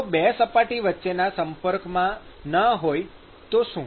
જો બે સપાટી એકબીજાના સંપર્કમાં ન હોય તો શું